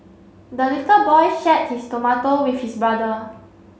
the little boy shared his tomato with his brother